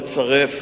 לצרף